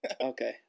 Okay